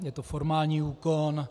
Je to formální úkon.